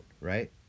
right